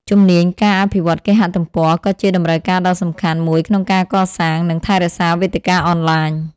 ជំនាញ ការអភិវឌ្ឍគេហទំព័រ ក៏ជាតម្រូវការដ៏សំខាន់មួយក្នុងការកសាង និងថែរក្សាវេទិកាអនឡាញ។